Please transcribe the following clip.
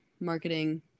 marketing